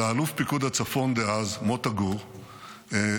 אלא אלוף פיקוד הצפון דאז מוטה גור שיבח,